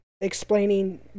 explaining